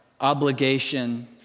obligation